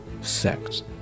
sex